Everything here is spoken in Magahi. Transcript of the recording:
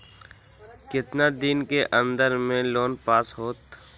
कितना दिन के अन्दर में लोन पास होत?